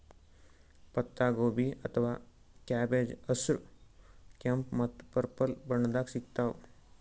ಪತ್ತಾಗೋಬಿ ಅಥವಾ ಕ್ಯಾಬೆಜ್ ಹಸ್ರ್, ಕೆಂಪ್ ಮತ್ತ್ ಪರ್ಪಲ್ ಬಣ್ಣದಾಗ್ ಸಿಗ್ತಾವ್